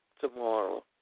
tomorrow